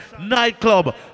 Nightclub